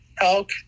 elk